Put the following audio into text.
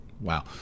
Wow